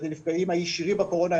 הנפגעים הישירים מהקורונה,